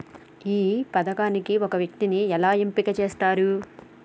ఈ పథకానికి ఒక వ్యక్తిని ఎలా ఎంపిక చేస్తారు?